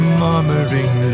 murmuring